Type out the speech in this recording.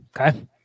Okay